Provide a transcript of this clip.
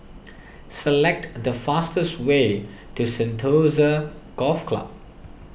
select the fastest way to Sentosa Golf Club